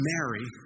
Mary